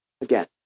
again